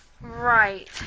right